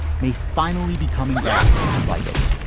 may finally be coming back to bite it